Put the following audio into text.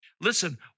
Listen